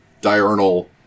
diurnal